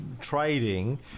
trading